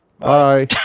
Bye